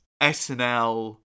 SNL